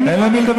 אין לו עם מי לדבר.